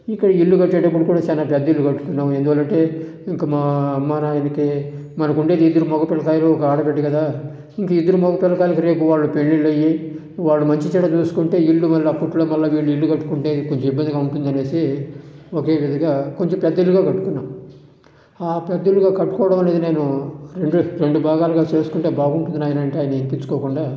ఇంకా ఇల్లు కట్టేటప్పుడు కూడా పెద్ద ఇల్లు కట్టుకున్న ఎందుకంటే ఇంకా మా అమ్మ నాయనలకి ఇంకా మనకు ఉండేది ఇద్దరు మగ పిల్లకాయలు ఒక ఆడబిడ్డ కదా ఇంకా ఇద్దరు మగ పిల్లకాయలకి రేపు వాళ్ళకి పెళ్లిళ్ళు అయ్యి వాళ్లు మంచి చెడ్డ చూసుకుంటే ఇల్లు అప్పట్లో మల్ల వీళ్ళు ఇల్లు కట్టుకుంటే కొంచెం ఇబ్బందిగా ఉంటుంది అని చెప్పేసి ఒకే పనిగా కొంచెం పెద్దదిగా కట్టుకున్నాం ఆ పెద్ద ఇల్లుగా కట్టుకోవడం అనేది నేను రెండు రెండు భాగాలుగా చేసుకుంటే బాగుంటుంది నాయనా అంటే ఆయన వినిపించుకోకుండా